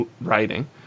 writing